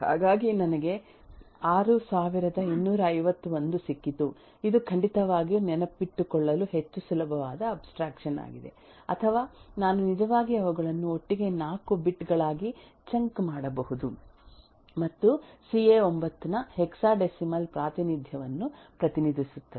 ಹಾಗಾಗಿ ನನಗೆ 6251 ಸಿಕ್ಕಿತು ಇದು ಖಂಡಿತವಾಗಿಯೂ ನೆನಪಿಟ್ಟುಕೊಳ್ಳಲು ಹೆಚ್ಚು ಸುಲಭವಾದ ಅಬ್ಸ್ಟ್ರಾಕ್ಷನ್ ಯಾಗಿದೆ ಅಥವಾ ನಾನು ನಿಜವಾಗಿ ಅವುಗಳನ್ನು ಒಟ್ಟಿಗೆ 4 ಬಿಟ್ bit ಗಳಾಗಿ ಚಂಕ್ ಮಾಡಬಹುದು ಮತ್ತು ಸಿಎ9 ನ ಹೆಕ್ಸಾಡೆಸಿಮಲ್ ಪ್ರಾತಿನಿಧ್ಯವನ್ನು ಪ್ರತಿನಿಧಿಸುತ್ತದೆ